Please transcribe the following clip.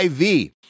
IV